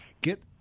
get